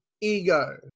ego